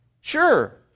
Sure